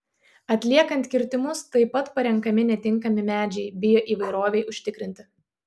atliekant kirtimus taip pat parenkami netinkami medžiai bioįvairovei užtikrinti